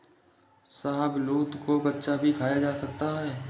शाहबलूत को कच्चा भी खाया जा सकता है